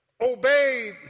obeyed